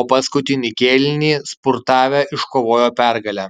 o paskutinį kėlinį spurtavę iškovojo pergalę